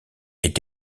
est